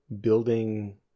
building